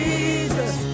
Jesus